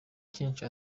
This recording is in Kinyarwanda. cyinshi